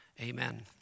amen